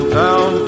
down